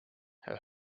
her